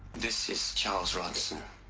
this is charles ronson